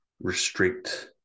restrict